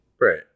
Right